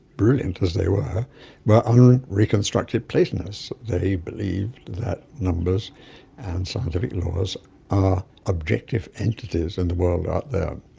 brilliant as they were, were un-reconstructed platonists. they believed that numbers and scientific laws are objective entities in the world out there.